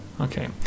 Okay